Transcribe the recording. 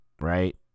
right